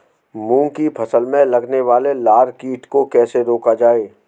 मूंग की फसल में लगने वाले लार कीट को कैसे रोका जाए?